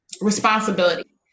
responsibility